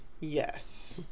Yes